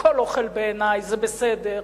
כל אוכל בעיני זה בסדר,